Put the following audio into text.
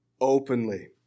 openly